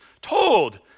told